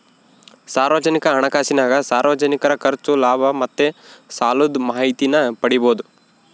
ಸಾರ್ವಜನಿಕ ಹಣಕಾಸಿನಾಗ ಸಾರ್ವಜನಿಕರ ಖರ್ಚು, ಲಾಭ ಮತ್ತೆ ಸಾಲುದ್ ಮಾಹಿತೀನ ಪಡೀಬೋದು